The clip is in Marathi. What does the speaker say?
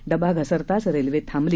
डबा घसरताच रेल्वे थांबली